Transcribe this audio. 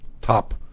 top